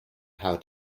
how